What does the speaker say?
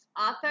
author